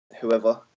whoever